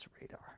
radar